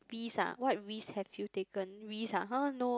risk ah what risk have you taken risk ah !huh! no